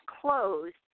closed